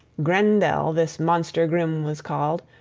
grendel this monster grim was called,